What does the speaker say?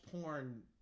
porn